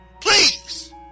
Please